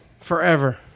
forever